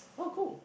oh cool